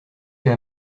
chez